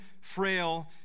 frail